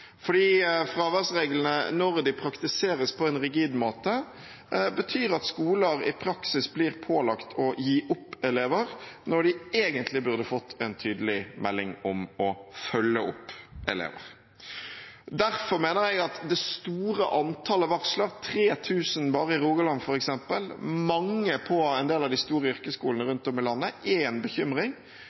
fordi fraværsreglene når de praktiseres på en rigid måte, betyr at skoler i praksis blir pålagt å gi opp elever, når de egentlig burde fått en tydelig melding om å følge opp elever. Derfor mener jeg at det store antallet varsler, 3 000 bare i Rogaland f.eks., mange på en del av de store yrkesskolene rundt om i landet, er en bekymring.